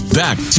back